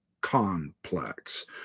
complex